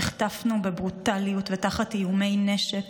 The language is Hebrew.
נחטפנו בברוטליות ותחת איומי נשק